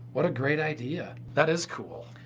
what a great idea. that is cool.